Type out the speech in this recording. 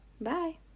Bye